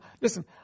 listen